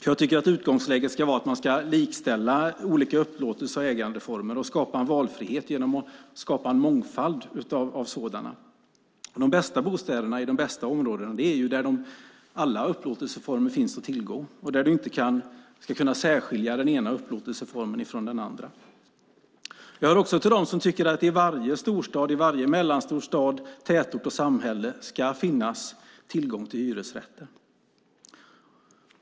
Jag tycker att utgångsläget ska vara att man ska likställa upplåtelse och ägandeformer och skapa valfrihet genom att skapa en mångfald sådana. De bästa bostäderna och de bästa områdena är de där alla upplåtelseformer finns att tillgå och där du inte kan särskilja den ena upplåtelseformen från den andra. Jag hör också till dem som tycker att det i varje storstad, mellanstor stad, tätort och samhälle ska finnas tillgång till hyresrätter.